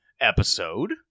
episode